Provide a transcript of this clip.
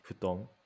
futon